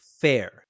fair